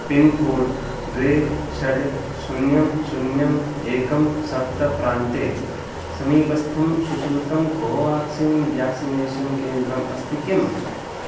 pincode द्वे षड् शून्यं शून्यम् एकं सप्त प्रान्ते समीपस्थं सशुल्कं कोवाक्सिन् व्याक्सिनेषन् केन्द्रम् अस्ति किम्